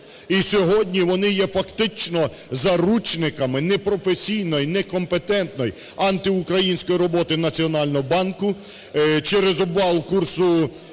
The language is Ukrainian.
і сьогодні вони є фактично заручниками непрофесійної, некомпетентної антиукраїнської роботи Національного банку. Через обвал курсу